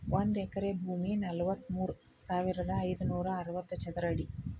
ಒಂದ ಎಕರೆ ಭೂಮಿ ನಲವತ್ಮೂರು ಸಾವಿರದ ಐದನೂರ ಅರವತ್ತ ಚದರ ಅಡಿ